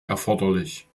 erforderlich